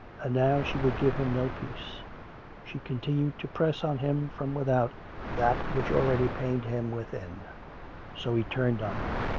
and now she would give him no peace she continued to press on him from without that which already pained him within so he turned on her.